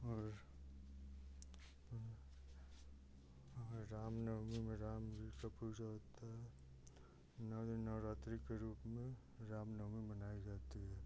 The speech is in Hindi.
और और राम नौमी में राम जी का पूजा होता है नौ दिन नौरात्रि के रूप में राम नौमी मनाई जाती है